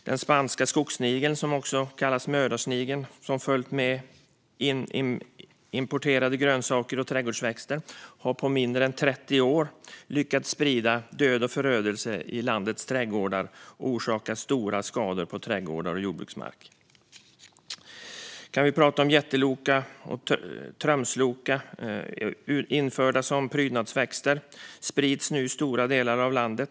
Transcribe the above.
Den spanska skogssnigeln, som också kallas mördarsnigel, har följt med importerade grönsaker och trädgårdsväxter. På mindre än 30 år har den lyckats sprida död och förödelse i landets trädgårdar och orsaka stora skador på jordbruksmark. Jätteloka och tromsöloka, införda som prydnadsväxter, sprider sig nu i stora delar av landet.